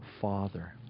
Father